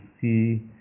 see